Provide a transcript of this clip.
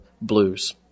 blues